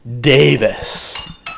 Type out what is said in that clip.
Davis